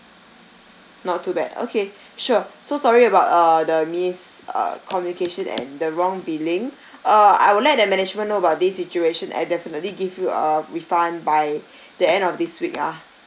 not too bad okay sure so sorry about err the miss uh communication and the wrong billing uh I would let management know about this situation and definitely give you a refund by the end of this week ah